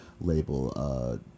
label